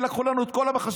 לקחו לנו את כל המחשבים,